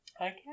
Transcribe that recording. Okay